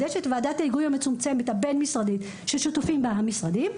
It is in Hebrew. יש את ועדת ההיגוי המצומצמת הבין-משרדית ששותפים בה המשרדים,